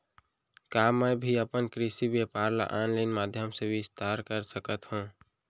का मैं भी अपन कृषि व्यापार ल ऑनलाइन माधयम से विस्तार कर सकत हो?